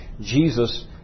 Jesus